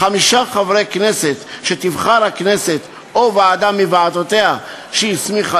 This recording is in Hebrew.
חמישה חברי כנסת שתבחר הכנסת או ועדה מוועדותיה שהסמיכה